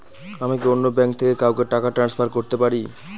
আমি কি অন্য ব্যাঙ্ক থেকে কাউকে টাকা ট্রান্সফার করতে পারি?